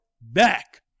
back